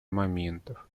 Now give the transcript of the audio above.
моментов